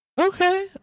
Okay